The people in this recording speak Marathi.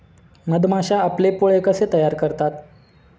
मधमाश्या आपले पोळे कसे तयार करतात?